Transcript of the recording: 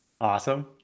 awesome